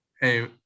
hey